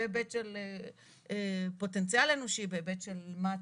בהיבט של פוטנציאל אנושי, בהיבט של מה הצרכים.